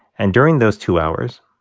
and during those two hours,